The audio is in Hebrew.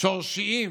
שורשיים